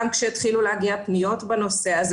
גם כשהתחילו להגיע פניות בנושא הזה,